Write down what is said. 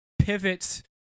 pivots